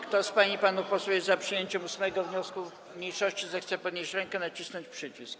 Kto z pań i panów posłów jest za przyjęciem 8. wniosku mniejszości, zechce podnieść rękę i nacisnąć przycisk.